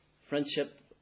friendship